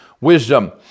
wisdom